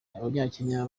abanyakenya